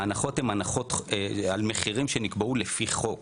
ההנחות הן הנחות על מחירים שנקבעו לפי חוק.